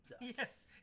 Yes